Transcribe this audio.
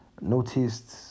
noticed